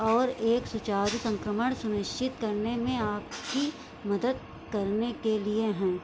और एक सुचारू संक्रमण सुनिश्चित करने में आपकी मदद करने के लिए है